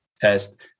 test